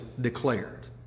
declared